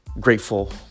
grateful